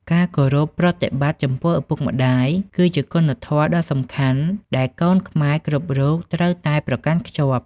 ការគោរពប្រតិបត្តិចំពោះឪពុកម្ដាយ គឺជាគុណធម៌ដ៏សំខាន់ដែលកូនខ្មែរគ្រប់រូបត្រូវតែប្រកាន់ខ្ជាប់។